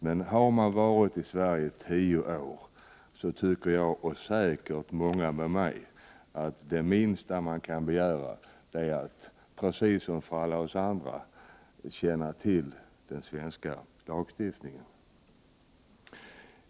Men jag tycker — och säkert många med mig — att det minsta man kan begära av en person som har varit i Sverige tio år är att han skall känna till den svenska lagstiftningen, precis som alla vi andra.